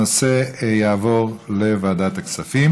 הנושא יעבור לוועדת הכספים.